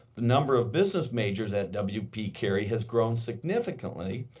the number of business majors at w p. carey has grown significantly,